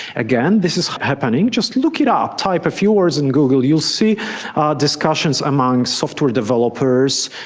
again, this is happening, just look it up, type a few words in google, you'll see discussions among software developers,